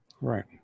Right